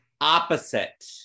Opposite